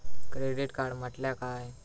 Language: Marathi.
क्रेडिट कार्ड म्हटल्या काय?